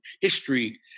history